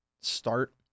start